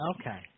Okay